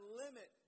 limit